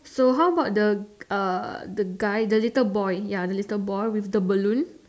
so how about the uh the guy the little boy ya the little boy with the balloon